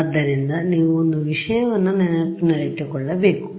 ಆದ್ದರಿಂದ ನೀವು ಒಂದು ವಿಷಯವನ್ನು ನೆನಪಿನಲ್ಲಿಟ್ಟುಕೊಳ್ಳಬೇಕು